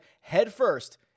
headfirst